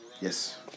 yes